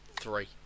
three